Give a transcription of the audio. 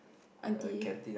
auntie